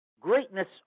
greatness